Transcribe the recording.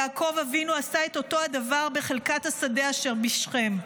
יעקב אבינו עשה את אותו הדבר בחלקת השדה אשר בשכם.